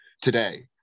today